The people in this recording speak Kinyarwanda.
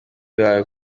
bawe